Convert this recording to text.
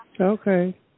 Okay